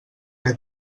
que